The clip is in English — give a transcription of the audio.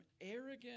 arrogant